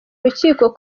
urukiko